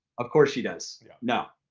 of course she does. yeah no,